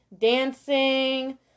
dancing